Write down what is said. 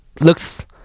looks